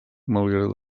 malgrat